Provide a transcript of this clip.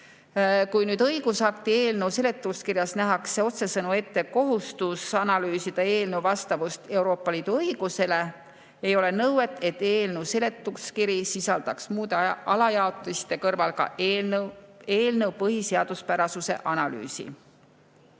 Kuigi õigusakti eelnõu seletuskirjas nähakse otsesõnu ette kohustus analüüsida eelnõu vastavust Euroopa Liidu õigusele, ei ole nõuet, et eelnõu seletuskiri sisaldaks muude alajaotiste kõrval ka eelnõu põhiseaduspärasuse analüüsi. Head